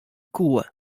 koe